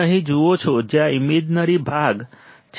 તમે અહીં જુઓ જ્યાં ઇમેજનરી ભાગ છે